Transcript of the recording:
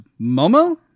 Momo